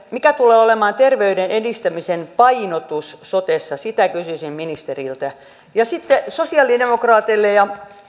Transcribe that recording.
mikä tulee olemaan terveyden edistämisen painotus sotessa sitä kysyisin ministeriltä sitten sosialidemokraateille ja